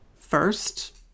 First